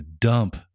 dump